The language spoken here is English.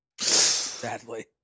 Sadly